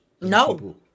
No